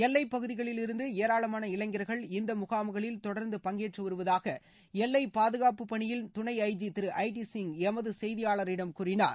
எல்லைப்பகுதிகளிலிருந்து ஏராளமான இளைஞர்கள் இந்த முகாம்களில் தொடர்ந்து பங்கேற்றுவருவதாக எல்லைப் பாதுகாப்புப் பணியில் துணை I G Thiru I D Singh எமது செய்தியாளரிடம் கூறினார்